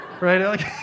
Right